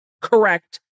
correct